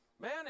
Man